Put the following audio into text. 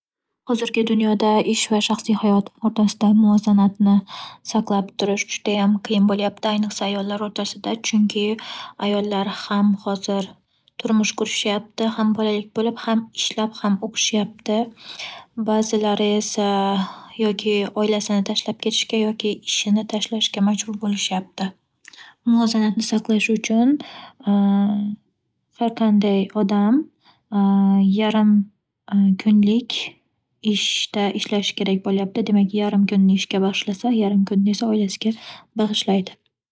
Hozirgi dunyoda ish va shaxsiy hayot o'rtasida muvozanatni saqlab turish judayam qiyin bo'lyapti, ayniqsa, ayollar o'rtasida. Chunki, ayollar ham hozir turmush qurishyapti, ham bolali bo'lib, ham ishlab, ham o'qishyapti. Ba'zilari esa yoki oilasini tashlab ketishga, yoki ishini tashlashga majbur bo'lishyapti. Muvozanatni saqlash uchun har qanday odam, yarim kunlik ishda ishlashi kerak bo'lyapti. Demak yarim kunini ishga bag'ishlasa, yarim kunini oilasiga bag'ishlaydi.